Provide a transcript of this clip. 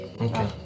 Okay